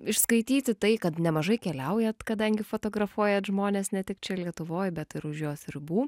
išskaityti tai kad nemažai keliaujat kadangi fotografuojat žmones ne tik čia lietuvoj bet ir už jos ribų